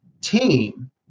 team